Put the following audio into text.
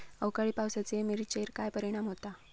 अवकाळी पावसाचे मिरचेर काय परिणाम होता?